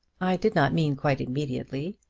i did not mean quite immediately.